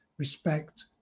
Respect